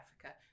Africa